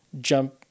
jump